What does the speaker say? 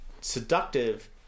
seductive